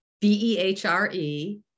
B-E-H-R-E